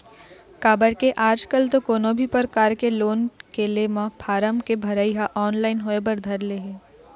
काबर के आजकल तो कोनो भी परकार के लोन के ले म फारम के भरई ह ऑनलाइन होय बर धर ले हे